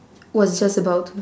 was just about to